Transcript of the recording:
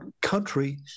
country